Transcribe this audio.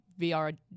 VR